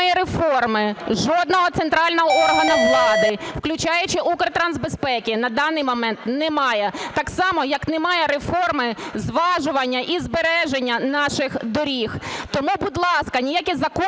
реформи, жодного центрального органу владу, включаючи Укртрансбезпеки, на даний момент немає, так само, як немає реформи зважування і збереження наших доріг. Тому, будь ласка, ніякі закони